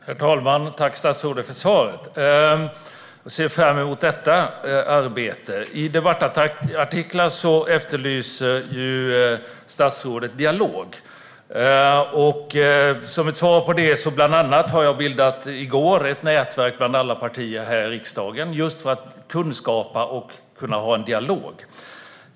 Herr talman! Tack, statsrådet, för svaret! Jag ser fram emot detta arbete. I debattartiklar efterlyser statsrådet dialog. Bland annat som ett svar på det bildade jag i går ett nätverk bestående av alla partier här i riksdagen just för att kunskapa och kunna ha en dialog.